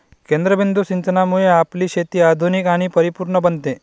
केंद्रबिंदू सिंचनामुळे आपली शेती आधुनिक आणि परिपूर्ण बनते